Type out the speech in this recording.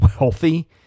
wealthy